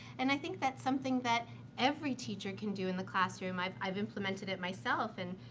and i think that's something that every teacher can do in the classroom. i've i've implemented it myself and